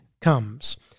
comes